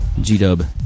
G-Dub